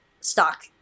stock